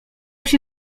się